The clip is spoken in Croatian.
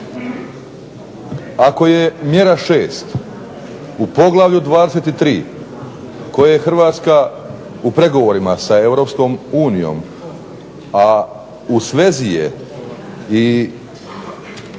ako je mjera 6. u poglavlju 23. koje je Hrvatska u pregovorima sa Europskom unijom a u svezi je i